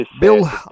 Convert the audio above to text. Bill